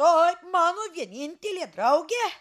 o mano vienintelė draugė